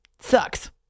Sucks